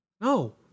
No